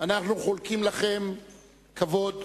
אנחנו חולקים לכם כבוד,